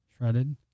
shredded